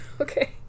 Okay